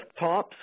desktops